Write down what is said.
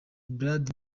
brad